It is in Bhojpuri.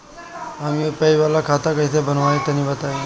हम यू.पी.आई वाला खाता कइसे बनवाई तनि बताई?